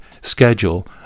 schedule